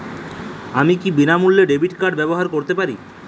আমি কি বিনামূল্যে ডেবিট কার্ড ব্যাবহার করতে পারি?